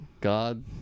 God